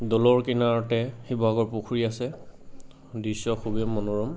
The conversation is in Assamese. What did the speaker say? দৌলৰ কিনাৰতে শিৱসাগৰ পুখুৰী আছে দৃশ্য খুবেই মনোৰম